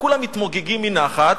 וכולם מתמוגגים מנחת.